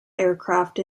aircraft